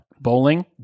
Bowling